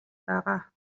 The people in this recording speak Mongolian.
байгаа